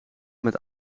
met